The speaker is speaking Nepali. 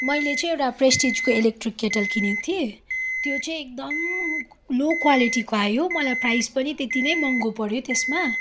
मैले चाहिँ एउटा प्रेस्टिजको इलेक्ट्रिक केटल किनेको थिएँ त्यो चाहिँ एकदम लो क्वालिटीको आयो मलाई प्राइज पनि त्यति नै महँगो पऱ्यो त्यसमा